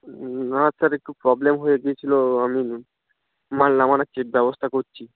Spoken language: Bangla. না স্যার একটু প্রবলেম হয়ে গিয়েছিলো আমি মাল নামানোর ঠিক ব্যবস্থা করছি